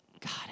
God